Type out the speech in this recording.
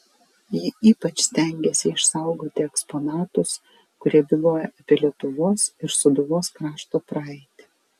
ji ypač stengėsi išsaugoti eksponatus kurie byloja apie lietuvos ir sūduvos krašto praeitį